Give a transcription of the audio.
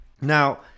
now